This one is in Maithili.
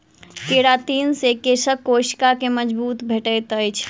केरातिन से केशक कोशिका के मजबूती भेटैत अछि